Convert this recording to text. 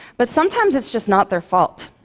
but sometimes it's just not their fault.